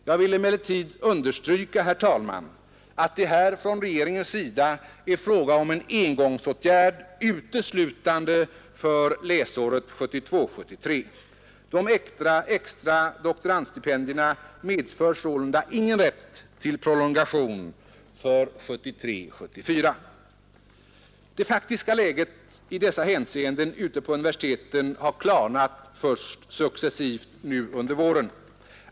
Jag vill understryka, fru talman, att det från regeringens sida här är fråga om en engångsåtgärd uteslutande för läsåret 1972 74. Det faktiska läget i dessa hänseenden ute på universiteten har klarnat successivt först nu under våren.